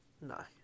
No